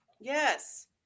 Yes